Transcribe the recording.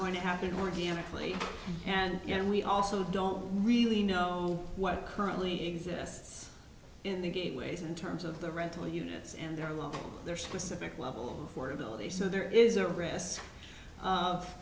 going to happen organically and then we also don't really know what currently exists in the gateways in terms of the rental units and their low their specific level for ability so there is a risk of